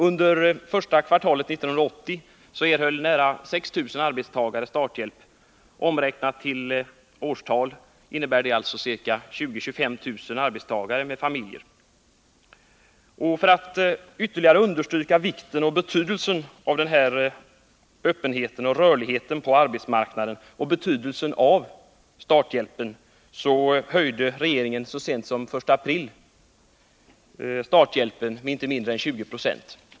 Under första kvartalet 1980 erhöll nära 6 000 arbetstagare starthjälp, vilket omräknat till årstal innebär 20000 å 25000 arbetstagare med familjer. För att ytterligare understryka vikten och betydelsen av denna öppenhet och rörlighet på arbetsmarknaden och betydelsen av starthjälpen höjde regeringen så sent som i april i år starthjälpen med inte mindre än 20 90.